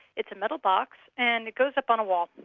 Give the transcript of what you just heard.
it's a metal box and it goes up on a wall,